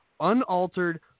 Unaltered